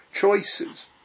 choices